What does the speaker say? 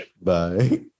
Bye